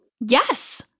Yes